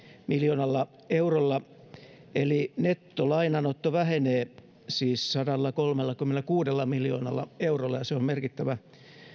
miljoonalla eurolla eli nettolainanotto vähenee siis sadallakolmellakymmenelläkuudella miljoonalla eurolla ja se on merkittävä